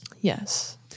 Yes